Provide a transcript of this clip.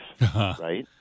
right